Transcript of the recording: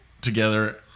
together